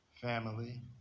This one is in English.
family